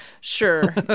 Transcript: Sure